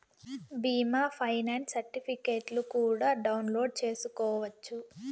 బీమా ఫైనాన్స్ సర్టిఫికెట్లు కూడా డౌన్లోడ్ చేసుకోవచ్చు